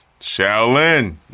Shaolin